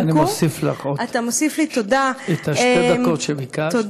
יעל, אני מוסיף לך עוד שתי דקות שביקשת.